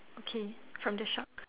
okay from the shop